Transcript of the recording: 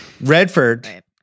Redford